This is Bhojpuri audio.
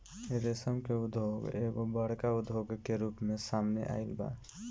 रेशम के उद्योग एगो बड़का उद्योग के रूप में सामने आइल बा